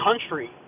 country